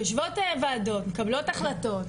יושבות ועדות,